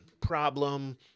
problem